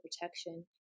protection